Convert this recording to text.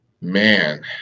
Man